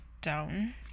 down